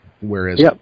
Whereas